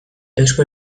eusko